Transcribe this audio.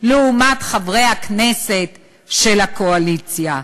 לעומת חברי הכנסת של הקואליציה?